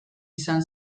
izan